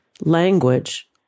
language